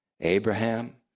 Abraham